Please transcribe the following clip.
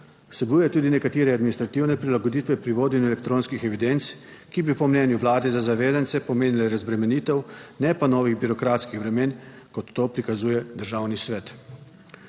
Vsebuje tudi nekatere administrativne prilagoditve pri vodenju elektronskih evidenc, ki bi po mnenju Vlade za zavezance pomenile razbremenitev, ne pa novih birokratskih bremen kot to prikazuje Državni svet.